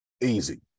Easy